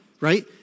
right